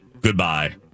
Goodbye